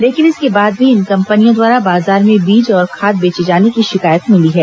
लेकिन इसके बाद भी इन कंपनियों द्वारा बाजार में बीज और खाद बेचे जाने की शिकायत मिली है